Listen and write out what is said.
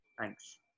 Thanks